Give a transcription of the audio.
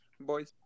boys